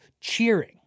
cheering